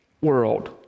world